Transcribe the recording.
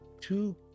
two